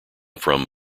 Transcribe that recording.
from